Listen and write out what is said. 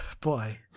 Boy